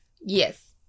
Yes